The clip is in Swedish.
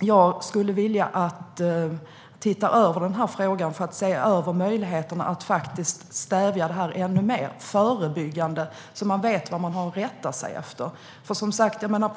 jag skulle vilja att man ser över frågan och möjligheterna att stävja detta ännu mer och agera förebyggande så att kommunerna och medborgarna vet vad de har att rätta sig efter.